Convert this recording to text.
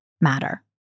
matter